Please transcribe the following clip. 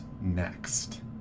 next